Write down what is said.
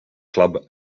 club